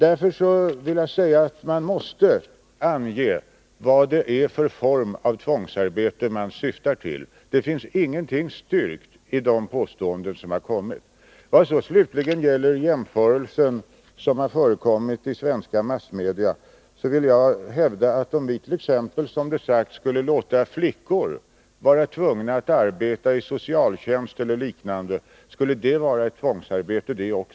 Därför vill jag säga att man måste ange vad det är för form av tvångsarbete man syftar på. Det finns ingenting styrkt i de påståenden som gjorts. Vad slutligen gäller den jämförelse som har förekommit i svenska massmedia, vill jag hävda att om vi t.ex., som har sagts, skulle låta flickor vara tvungna att arbeta i socialtjänst eller liknande, skulle det också vara ett tvångsarbete.